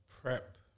Prep